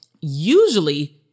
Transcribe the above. usually